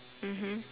mmhmm